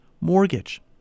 mortgage